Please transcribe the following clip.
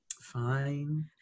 fine